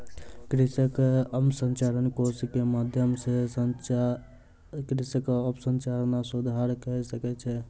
कृषि अवसंरचना कोष के माध्यम सॅ कृषक अवसंरचना सुधार कय सकै छै